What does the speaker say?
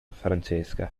francesca